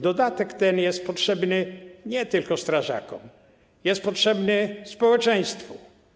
Dodatek ten jest potrzebny nie tylko strażakom, jest potrzebny społeczeństwu.